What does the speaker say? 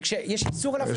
וכשיש איסור על אפליה.